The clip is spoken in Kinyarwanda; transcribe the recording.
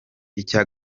icya